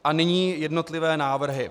A nyní jednotlivé návrhy.